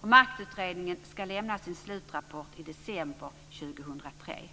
Maktutredningen ska lämna sin slutrapport i december 2003.